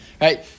right